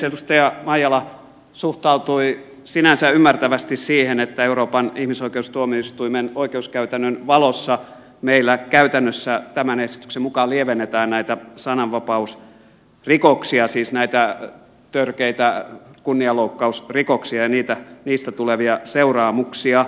edustaja maijala suhtautui sinänsä ymmärtävästi siihen että euroopan ihmisoikeustuomioistuimen oikeuskäytännön valossa meillä käytännössä tämän esityksen mukaan lievennetään näitä sananvapausrikoksia siis näitä törkeitä kunnianloukkausrikoksia ja niistä tulevia seuraamuksia